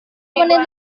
menit